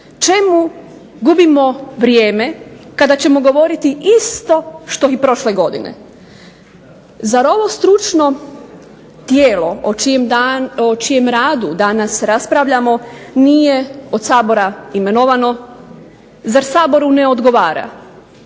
Čemu gubimo vrijeme kada ćemo govoriti isto što i prošle godine. Zar ovo stručno tijelo o čijem radu danas raspravljamo nije od Sabora imenovano, zar Saboru ne odgovara.